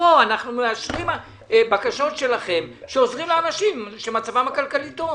פה אנחנו מאשרים בקשות שלכם שעוזרות לאנשים שמצבם הכלכלי טוב.